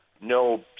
no